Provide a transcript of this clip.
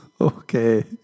okay